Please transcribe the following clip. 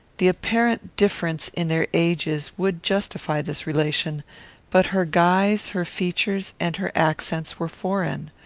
the apparent difference in their ages would justify this relation but her guise, her features, and her accents, were foreign.